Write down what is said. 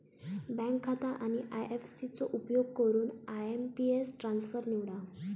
bank खाता आणि IFC चो उपयोग करून आय.एम.पी.एस ट्रान्सफर निवडा